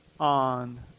on